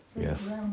Yes